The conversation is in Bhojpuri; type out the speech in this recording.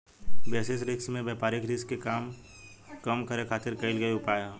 बेसिस रिस्क में व्यापारिक रिस्क के कम करे खातिर कईल गयेल उपाय ह